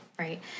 Right